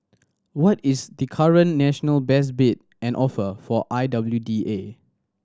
what is the current national best bid and offer for I W D A